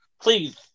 please